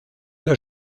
der